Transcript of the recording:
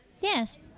Yes